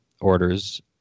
orders